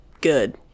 good